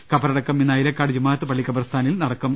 ഖബറടക്കം ഇന്ന് അയിലക്കാട് ജുമുഅത്ത് പള്ളി ഖബറി സ്ഥാനിൽ നടക്കും